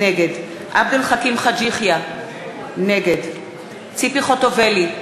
נגד עבד אל חכים חאג' יחיא, נגד ציפי חוטובלי,